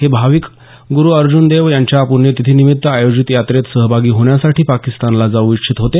हे भाविक गुरू अर्जुन देव यांच्या पुण्यतिथीनिमित्त आयोजित यात्रेत सहभागी होण्यासाठी पाकिस्तानला जाऊ इच्छित होते